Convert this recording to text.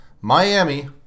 Miami